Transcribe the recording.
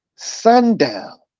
sundown